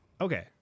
Okay